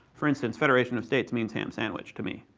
for instance, federation of states means ham sandwich to me.